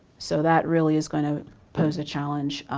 so that really is gonna pose a challenge,